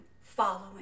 following